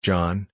John